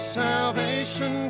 salvation